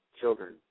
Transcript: children